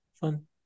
fun